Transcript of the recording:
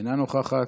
אינה נוכחת,